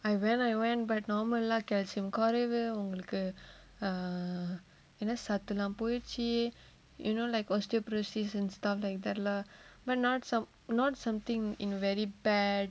I went I went but normal lah calcium குறைவு ஒங்களுக்கு:kuraivu ongalukku err என்ன சத்துளா போய்டுச்சு:enna sathulaa poyiduchu you know like osteoporosis and stuff like that lah but not some not something in very bad